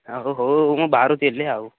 ଆଉ ହଉ ମୁଁ ବାହାରୁଥିଲି ଆଉ